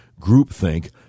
groupthink